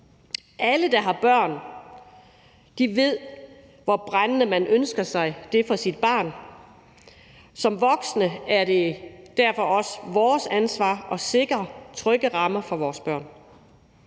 Alle, der har børn, ved, hvor brændende man ønsker sig det for sit barn. Som voksne er det derfor også vores ansvar at sikre trygge rammer for vores børn.